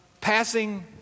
passing